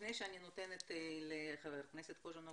לפני שאני נותנת לחבר הכנסת קוז'ינוב